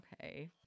Okay